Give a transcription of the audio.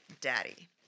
daddy